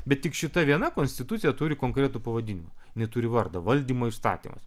bet tik šita viena konstitucija turi konkretų pavadinimą jinai turi vardą valdymo įstatymas